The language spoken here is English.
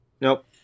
Nope